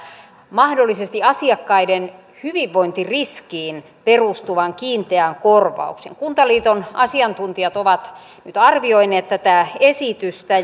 mahdollisesti asiakkaiden hyvinvointiriskiin perustuvan kiinteän korvauksen kuntaliiton asiantuntijat ovat nyt arvioineet tätä esitystä